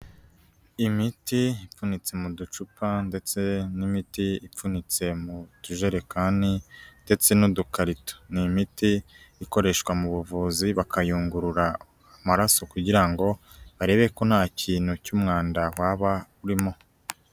Imiti ipfunyitse mu ducupa ndetse n'imiti ipfunyitse mu tujerekani ndetse n'udukarito, ni imiti ikoreshwa mu buvuzi bakayungurura amaraso kugira ngo barebe ko nta kintu cy'umwanda waba urimo.